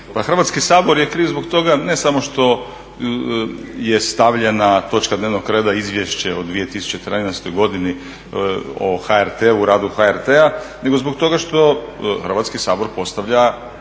Hrvatski sabor je kriv zbog toga ne samo što je stavljena točka dnevnog reda izvješće o 2013. godini o HRT-u, o radu HRT-a, nego zbog toga što Hrvatski sabor postavlja